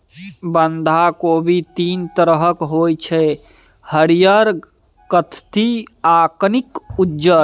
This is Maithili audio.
बंधा कोबी तीन तरहक होइ छै हरियर, कत्थी आ कनिक उज्जर